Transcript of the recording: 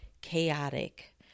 chaotic